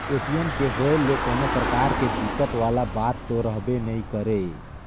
ATM के होए ले कोनो परकार के दिक्कत वाला बात तो रहबे नइ करे